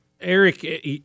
Eric